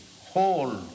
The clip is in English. whole